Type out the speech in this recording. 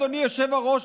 אדוני היושב-ראש,